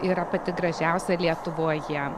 yra pati gražiausia lietuvoje